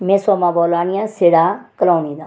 में सोमा बोल्ला नी आं सिड़ा कलोनी दा